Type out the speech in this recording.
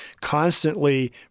constantly